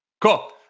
Cool